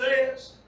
says